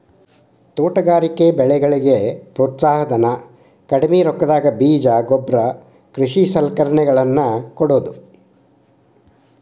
ತೋಟಗಾರಿಕೆ ಬೆಳೆಗಳಿಗೆ ಪ್ರೋತ್ಸಾಹ ಧನ, ಕಡ್ಮಿ ರೊಕ್ಕದಾಗ ಬೇಜ ಗೊಬ್ಬರ ಕೃಷಿ ಸಲಕರಣೆಗಳ ನ್ನು ಕೊಡುವುದು